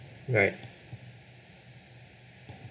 alright